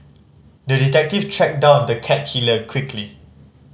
the detective tracked down the cat killer quickly